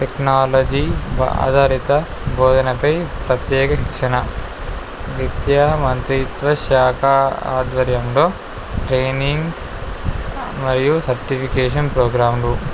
technology ఆధారిత భోధనపై ప్రత్యేక శిక్షణ విద్యా మంత్రిత్వ శాఖ ఆధ్వర్యంలో ట్రైనింగ్ మరియు సర్టిఫికేషన్ ప్రోగ్రాంలు